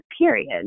period